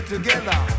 together